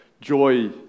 joy